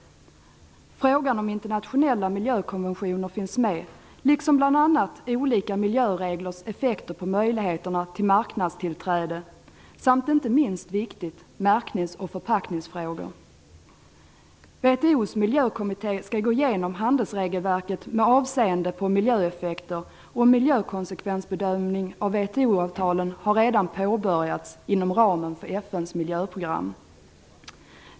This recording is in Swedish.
Frågan om internationella miljökonventioner finns med, liksom bl.a. olika miljöreglers effekter på möjligheterna till marknadstillträde samt, inte minst viktigt, märknings och förpackningsfrågor. WTO:s miljökommitté skall gå igenom handelsregelverket med avseende på miljöeffekter, och en miljökonsekvensbedömning av WTO-avtalen har redan påbörjats inom ramen för FN:s miljöprogram.